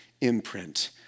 imprint